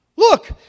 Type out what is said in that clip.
Look